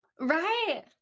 right